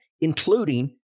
including